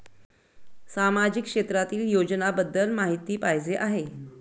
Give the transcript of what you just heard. सामाजिक क्षेत्रातील योजनाबद्दल माहिती पाहिजे आहे?